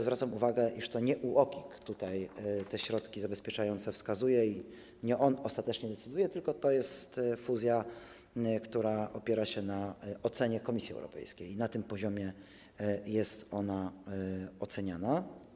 Zwracam uwagę, iż to nie UOKiK tutaj te środki zabezpieczające wskazuje i nie on ostatecznie decyduje, tylko to jest fuzja, która opiera się na ocenie Komisji Europejskiej i na tym poziomie jest ona oceniana.